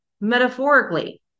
metaphorically